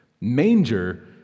Manger